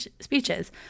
speeches